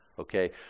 Okay